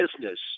business